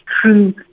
true